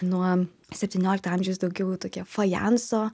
nuo septyniolikto amžiaus daugiau tokie fajanso